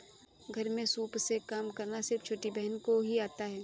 घर में सूप से काम करना सिर्फ छोटी बहन को ही आता है